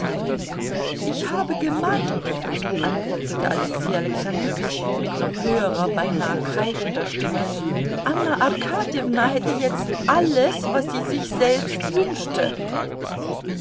ich habe gemeint antwortete alexei alexandrowitsch mit noch höherer beinah kreischender stimme anna arkadjewna hätte jetzt alles was sie sich selbst wünschte